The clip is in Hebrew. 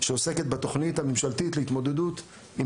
שעוסקת בתוכנית הממשלתית להתמודדות עם